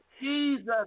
Jesus